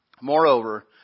Moreover